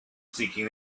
seeking